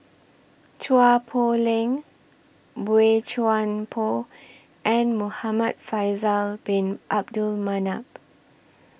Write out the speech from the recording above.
Chua Poh Leng Boey Chuan Poh and Muhamad Faisal Bin Abdul Manap